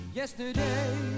Yesterday